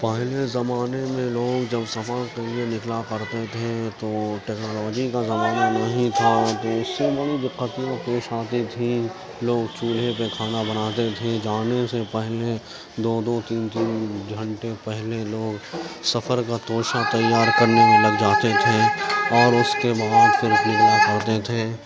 پہلے زمانے میں لوگ جب سفر کے لیے نکلا کرتے تھے تو ٹیکنالوجی کا زمانہ نہیں تھا تو اس سے بڑی دقتیں پیش آتی تھی لوگ چولہے پہ کھانا بناتے تھے جانے سے پہلے دو دو تین تین گھنٹے پہلے لوگ سفر کا توشہ تیار کرنے میں لگ جاتے تھے اور اس کے بعد سے نکل جایا کرتے تھے